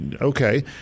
Okay